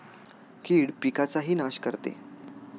कीड पिकाचाही नाश करते